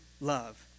love